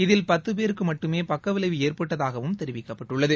இதில் பத்து பேருக்கு மட்டுமே பக்க விளைவு ஏற்பட்டதாகவும் தெரிவிக்கப்பட்டுள்ளது